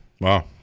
wow